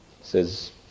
says